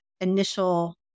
initial